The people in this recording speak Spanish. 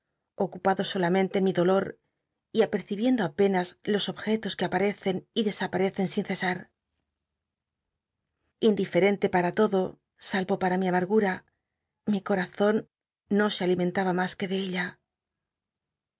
ocupado solamente en mi dolor y apercibiendo apenas los objetos que ap uecen y desaparecen sin cesa r indiferente para todo airo para mi amargura mi corazon no se alimentaba mas que de ella